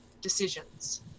decisions